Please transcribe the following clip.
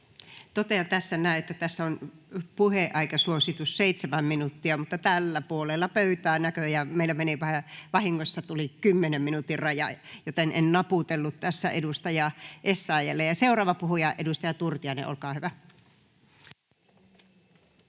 Totean tässä näin, että tässä on puheaikasuositus 7 minuuttia, mutta tällä puolella pöytää näköjään meillä vahingossa tuli 10 minuutin raja, joten en naputellut tässä edustaja Essayahille. — Ja seuraava puhuja, edustaja Turtiainen, olkaa hyvä.